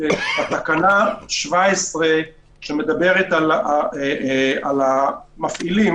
תקנה 17, שמדברת על המפעילים,